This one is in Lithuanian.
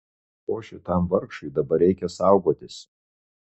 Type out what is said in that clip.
ko šitam vargšui dabar reikia saugotis